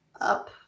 up